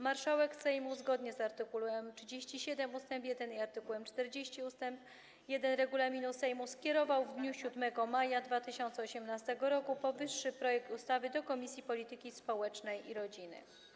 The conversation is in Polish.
Marszałek Sejmu, zgodnie z art. 37 ust. 1 i art. 40 ust. 1 regulaminu Sejmu, skierował w dniu 7 maja 2018 r. powyższy projekt ustawy do Komisji Polityki Społecznej i Rodziny.